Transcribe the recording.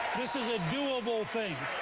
this is a doable thing.